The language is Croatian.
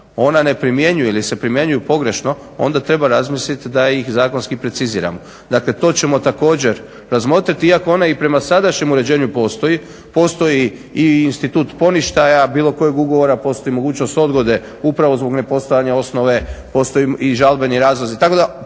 ona ne primjenjuje ili se primjenjuje pogrešno onda treba razmisliti da ih zakonski preciziramo. Dakle to ćemo također razmotriti iako ona i prema sadašnjem uređenju postoji, postoji i institut poništaja bilo kojeg ugovora postoji mogućnost odgode upravo zbog ne postojanja osnove postoji i žalbeni razlozi.